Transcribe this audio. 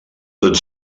tot